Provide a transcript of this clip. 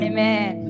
Amen